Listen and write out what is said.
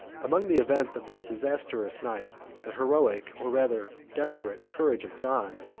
among the events of that disastrous night, the heroic, or rather desperate, courage of john,